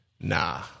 nah